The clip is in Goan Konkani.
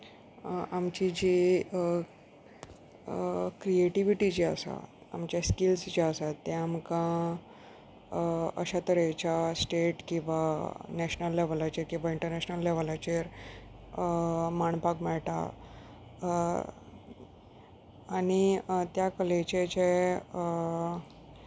आमची जी क्रिएटिविटी जी आसा आमचे स्किल्स जे आसा ते आमकां अश्या तरेच्या स्टेट किंवां नॅशनल लेवलाचेर किंवां इंटरनॅशनल लेवलाचेर मांडपाक मेळटा आनी त्या कलेचे जे